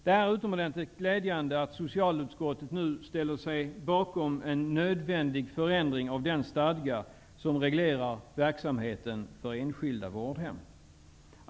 Det är utomordentligt glädjande att socialutskottet nu också menar att det är nödvändigt med en förändring av den stadga som reglerar verksamheten för enskilda vårdhem.